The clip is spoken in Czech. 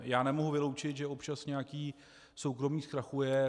Já nemohu vyloučit, že občas nějaký soukromník zkrachuje.